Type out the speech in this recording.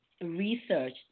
research